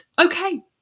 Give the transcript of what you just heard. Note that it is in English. Okay